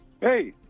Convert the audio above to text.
Hey